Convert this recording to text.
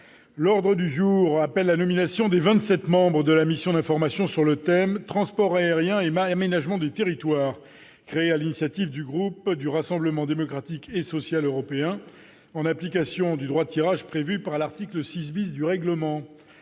l'ordre du jour appelle la nomination des 27 membres de la mission d'information sur le thème : transport aérien et et aménagement du territoire, créé à l'initiative du groupe du Rassemblement démocratique et social européen, en application du droit de tirage prévu par l'article 6 bis du règlement